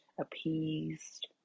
appeased